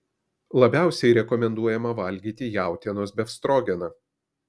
labiausiai rekomenduojama valgyti jautienos befstrogeną